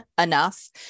enough